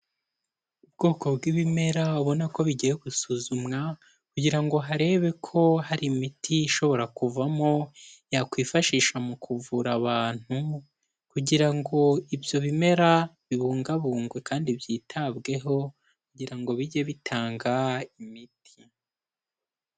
Ubwoko bw'ibimera ubona ko bigiye gusuzumwa kugira ngo harebe ko hari imiti ishobora kuvamo yakwifashisha mu kuvura abantu kugira ngo ibyo bimera bibungabungwe kandi byitabweho kugira ngo bijye bitanga imiti.